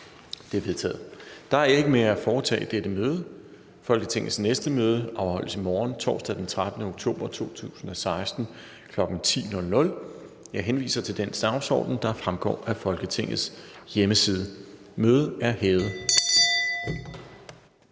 Engelbrecht): Der er ikke mere at foretage i dette møde. Folketingets næste møde afholdes i morgen, torsdag den 13. oktober 2016, kl. 10.00. Jeg henviser til den dagsorden, der fremgår af Folketingets hjemmeside. Mødet er hævet.